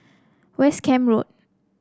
West Camp Road